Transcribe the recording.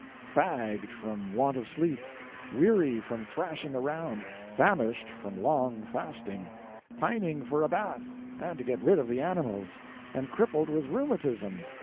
fagged, from want of sleep weary from thrashing around, famished from long fasting pining for a bath, and to get rid of the animals and crippled with rheumatism.